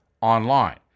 online